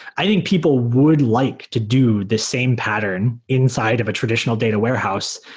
i think people would like to do this same pattern inside of a traditional data warehouse.